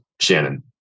Shannon